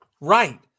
right